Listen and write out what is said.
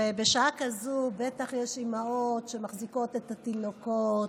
ובשעה כזאת בטח יש אימהות שמחזיקות את התינוקות,